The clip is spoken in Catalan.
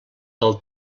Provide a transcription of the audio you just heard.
pel